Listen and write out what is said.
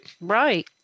Right